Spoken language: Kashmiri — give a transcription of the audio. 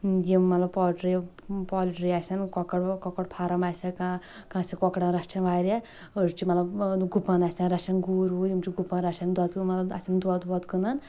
یِم مطلب پوٹری یہِ پولٹری آسَن کۄکر وۄکر فارم آسیا کانٛہہ کانٛہہ آسیا کۄکرن رچھان واریاہ أڈۍ چھِ مطلب گُپن آسَن رچھان گوٗر ووٗر یِم چھِ گُپن رچھان دۄدٕ مطلب آسَن دۄد وۄد کٕنان